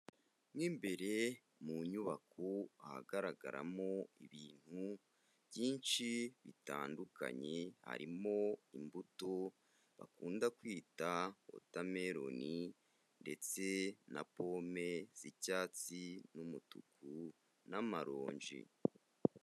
Mo imbere mu nyubako ahagaragaramo ibintu byinshi bitandukanye, harimo imbuto bakunda kwita wotermelon ndetse na pome z'icyatsi n'umutuku n'amaronji.